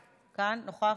נוכח.